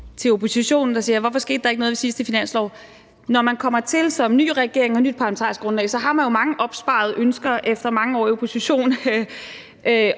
til oppositionen, der spørger, hvorfor der ikke skete noget ved sidste finanslov, at når man kommer til som ny regering og nyt parlamentarisk grundlag, har man jo mange opsparede ønsker efter mange år i opposition.